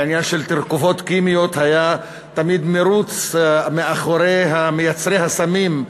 בעניין של תרכובות כימיות היה תמיד מירוץ אחרי מייצרי הסמים,